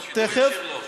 נכון, שידור ישיר, לא.